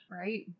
Right